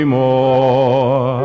more